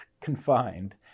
confined